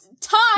time